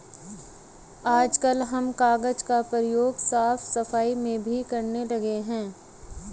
आजकल हम कागज का प्रयोग साफ सफाई में भी करने लगे हैं